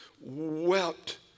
wept